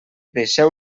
deixeu